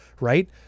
right